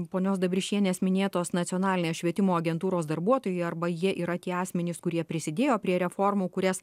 ponios dabrišienės minėtos nacionalinės švietimo agentūros darbuotojai arba jie yra tie asmenys kurie prisidėjo prie reformų kurias